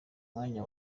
mwanya